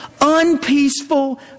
unpeaceful